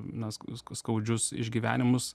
na skau skaudžius išgyvenimus